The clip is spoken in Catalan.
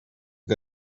que